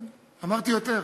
כן, אמרתי יותר.